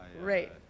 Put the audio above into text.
Right